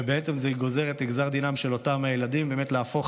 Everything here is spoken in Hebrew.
ובעצם נגזר גזר דינם של אותם הילדים לא להפוך